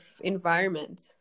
environment